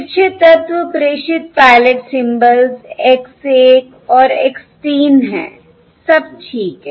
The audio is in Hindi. यह तिरछे तत्व प्रेषित पायलट सिंबल्स X1 और X 3 हैं सब ठीक है